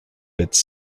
its